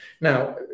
Now